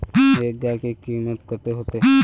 एक गाय के कीमत कते होते?